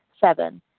Seven